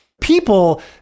people